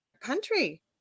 country